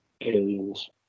Aliens